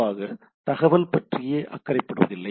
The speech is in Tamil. பொதுவாக தகவல் பற்றியே அக்கறைப் படுவதில்லை